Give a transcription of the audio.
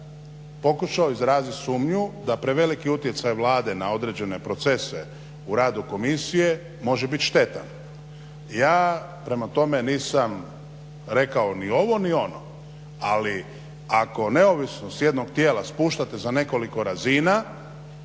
pokušao izrazit sumnju da preveliki utjecaj Vlade na određene procese u radu Komisije može bit štetan. Ja prema tome nisam rekao ni ovo ni ovo. Ali ako neovisnost s jednog tijela spuštate za nekoliko razina